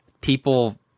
People